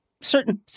certain